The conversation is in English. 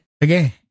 Again